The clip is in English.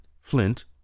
flint